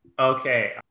okay